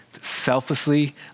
selflessly